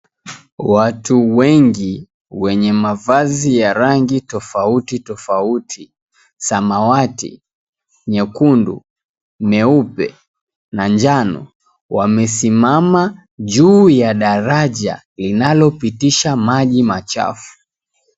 Watu wengi wenye mavazi ya rangi tofauti tofauti samawati , nyekundu, meupe na njano wamesimama juu ya daraja linalopitisha maji machafu.